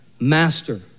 Master